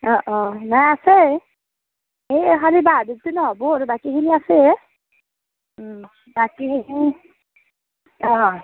অঁ অঁ নাই আছে এই খালি বাহাদুৰটো নহ'ব আৰু বাকীখিনি আছে উম বাকী সেইখিনি অঁ